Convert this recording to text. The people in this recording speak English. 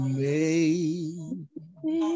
made